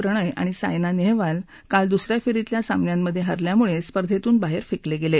प्रणय आणि साजिा नेहवाल काल दुसऱ्या फेरीतल्या सामन्यांमध हरल्यामुळे स्पर्धेतून बाहेर फेकले गेले